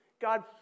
God